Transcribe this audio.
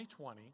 2020